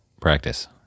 practice